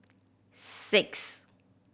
six